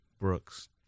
Brooks